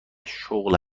شغل